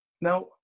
Now